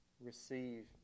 Receive